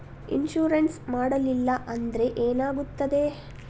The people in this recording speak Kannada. ಇನ್ಶೂರೆನ್ಸ್ ಮಾಡಲಿಲ್ಲ ಅಂದ್ರೆ ಏನಾಗುತ್ತದೆ?